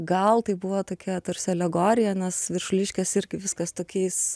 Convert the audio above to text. gal tai buvo tokia tarsi alegorija nes viršuliškės irgi viskas tokiais